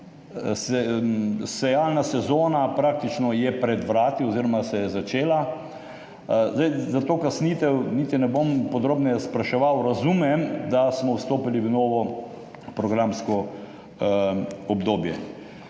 sejalna sezona je praktično pred vrati oziroma se je začela, za to kasnitev niti ne bom podrobneje spraševal. Razumem, da smo vstopili v novo programsko obdobje.